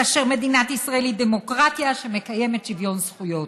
כאשר מדינת ישראל היא דמוקרטיה שמקיימת שוויון זכויות.